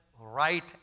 right